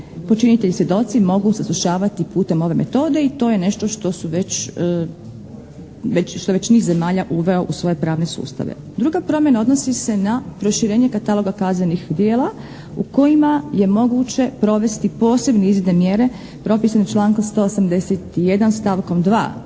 počinitelji i svjedoci mogu saslušavati putem ove metode i to je nešto što su već, što je već niz zemalja uveo u svoje pravne sustave. Druga promjena odnosi se na proširenje kataloga kaznenih djela u kojima je moguće provesti posebne …/Govornik se ne razumije./… propisane člankom 181. stavkom 2.